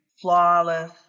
flawless